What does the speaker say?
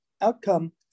outcome